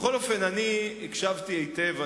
בכל אופן אני הקשבתי היטב,